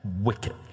wicked